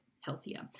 healthier